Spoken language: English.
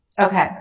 Okay